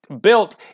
built